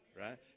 right